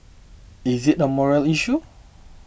is it a moral issue